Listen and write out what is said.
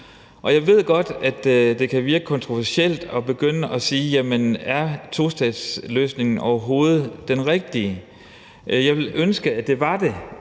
Jeg ved godt, at det kan virke kontroversielt at begynde at spørge: Jamen er tostatsløsningen overhovedet den rigtige? Jeg ville ønske, at den var det,